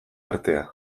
artea